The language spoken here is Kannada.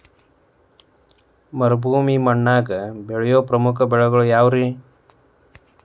ಮರುಭೂಮಿ ಮಣ್ಣಾಗ ಬೆಳೆಯೋ ಪ್ರಮುಖ ಬೆಳೆಗಳು ಯಾವ್ರೇ?